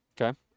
Okay